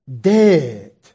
dead